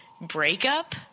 breakup